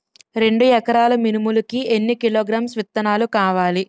రెండు ఎకరాల మినుములు కి ఎన్ని కిలోగ్రామ్స్ విత్తనాలు కావలి?